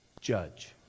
judge